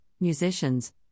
musicians